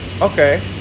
Okay